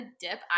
dip